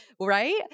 right